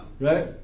Right